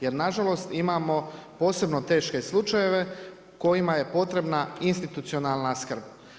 Jer na žalost imamo posebno teške slučajeve kojima je potrebna institucionalna skrb.